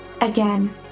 Again